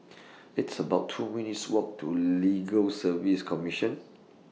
It's about two minutes' Walk to Legal Service Commission